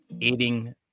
aiding